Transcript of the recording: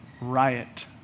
riot